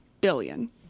billion